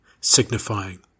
signifying